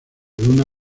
luna